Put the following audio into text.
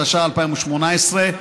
התשע"ח 2018,